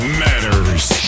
matters